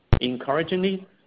Encouragingly